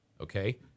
Okay